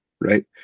right